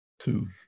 two